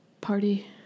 party